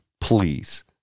please